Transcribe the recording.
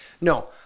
No